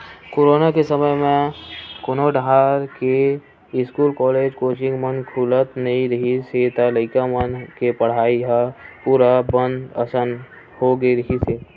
corona के समे जब कोनो डाहर के इस्कूल, कॉलेज, कोचिंग मन खुलत नइ रिहिस हे त लइका मन के पड़हई ल पूरा बंद असन होगे रिहिस हे